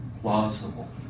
plausible